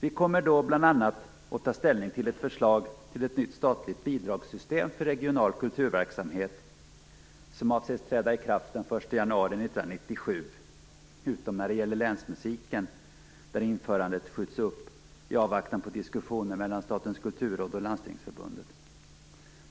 Vi kommer då bl.a. att ta ställning till ett förslag till ett nytt statligt bidragssystem för regional kulturverksamhet, som avses träda i kraft den 1 januari 1997, utom när det gäller länsmusiken där införandet skjuts upp i avvaktan på diskussioner mellan Statens kulturråd och Landstingsförbundet.